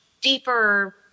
deeper